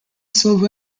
silva